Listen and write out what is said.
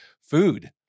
food